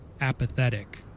apathetic